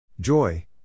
Joy